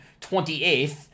28th